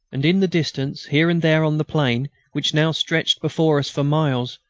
and, in the distance, here and there on the plain, which now stretched before us for miles,